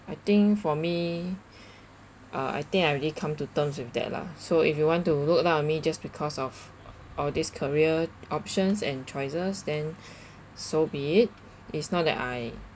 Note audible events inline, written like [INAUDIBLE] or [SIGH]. I think for me [BREATH] uh I think I already come to terms with that lah so if you want to look down on me just because of all this career options and choices then [BREATH] so be it it's not that I